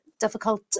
difficult